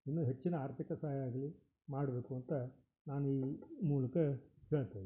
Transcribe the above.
ಇನ್ನೂ ಹೆಚ್ಚಿನ ಆರ್ಥಿಕ ಸಹಾಯ ಆಗಲಿ ಮಾಡಬೇಕು ಅಂತ ನಾನು ಈ ಮೂಲಕ ಕೇಳ್ತಾ ಇದೀನಿ